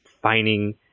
finding